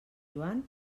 joan